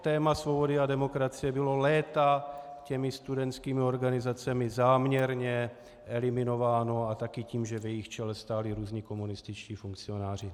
Téma svobody a demokracie bylo léta těmi studentskými organizacemi záměrně eliminováno, a taky tím, že v jejich čele stáli různí komunističtí funkcionáři.